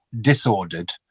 disordered